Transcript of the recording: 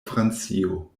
francio